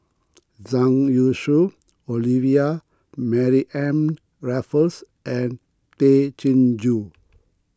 Zhang Youshuo Olivia Mariamne Raffles and Tay Chin Joo